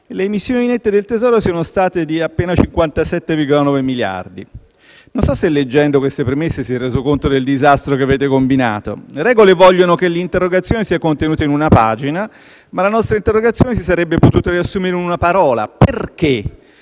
le emissioni nette del Tesoro siano state di appena 57,9 miliardi. Non so se, leggendo queste premesse, si è reso conto del disastro che avete combinato. Le regole vogliono che l'interrogazione sia contenuta in una pagina, ma la nostra si sarebbe potuta riassumere in una parola: perché?